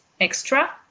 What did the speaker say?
extra